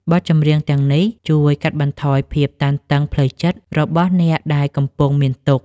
បទចម្រៀងទាំងនេះជួយកាត់បន្ថយភាពតានតឹងផ្លូវចិត្តរបស់អ្នកដែលកំពុងមានទុក្ខ។